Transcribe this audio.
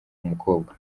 umukobwa